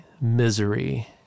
misery